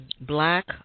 black